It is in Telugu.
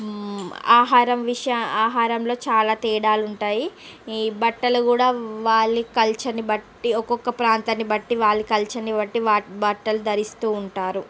ఆహార విష ఆహారంలో చాలా తేడాలు ఉంటాయి ఈ బట్టలు గూడా వాలి కల్చర్ ని బట్టి ఒక్కొక్క ప్రాంతాన్ని బట్టి వాలి కల్చర్ ని బట్టి వా బట్టలు ధరిస్తూ ఉంటారు